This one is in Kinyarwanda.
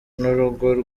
n’urugo